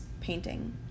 painting